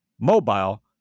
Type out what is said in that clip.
mobile